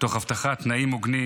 תוך הבטחת תנאים הוגנים,